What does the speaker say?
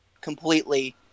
completely